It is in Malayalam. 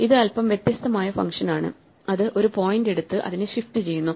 ഇത് അല്പം വ്യത്യസ്തമായ ഫങ്ഷൻ ആണ് അത് ഒരു പോയിന്റ് എടുത്ത് അതിനെ ഷിഫ്റ്റ് ചെയ്യുന്നു